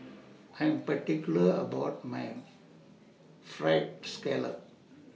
I Am particular about My Fried Scallop